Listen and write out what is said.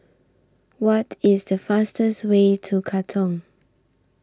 What IS The fastest Way to Katong